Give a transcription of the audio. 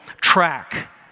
track